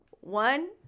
One